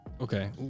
okay